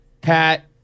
Pat